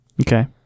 okay